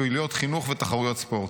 פעילויות חינוך ותחרויות ספורט.